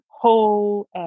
whole